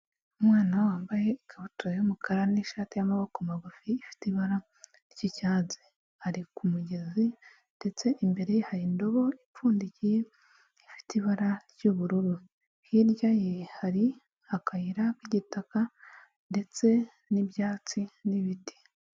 Umwana wambaye ikabutura y'umukara n'ishati y'amaboko magufi ifite ibara ry'icyatsi ari ku mugezi, ndetse imbere hari indobo ipfundikiye ifite ibara ry'ubururu hirya ye hari akayira k'igitaka ndetse n'ibyatsi n'ibiti.